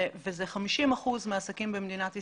ואלה 50 אחוזים מהעסקים במדינת ישראל,